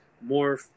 more